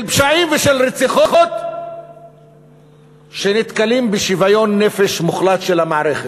פשעים ושל רציחות שנתקלים בשוויון נפש מוחלט של המערכת.